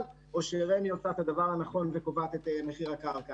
או שרמ"י עושה את הדבר הנכון וקובעת את מחיר הקרקע.